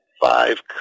five